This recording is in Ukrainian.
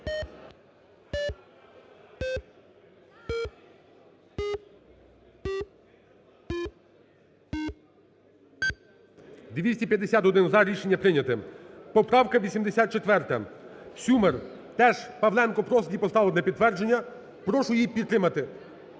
Рішення прийнято. Поправка 84. Сюмар теж. Павленко просить її поставити на підтвердження. Прошу її підтримати.